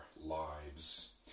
lives